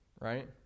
right